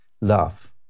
love